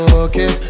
okay